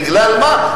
בגלל מה?